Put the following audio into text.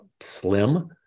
slim